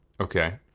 Okay